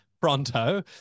pronto